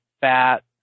fat